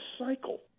cycle